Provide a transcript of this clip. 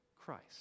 Christ